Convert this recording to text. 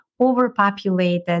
overpopulated